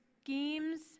schemes